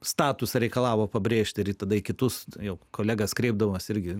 statusą reikalavo pabrėžti ir tada kitus jau kolegas kreipdavosi irgi